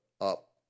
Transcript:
up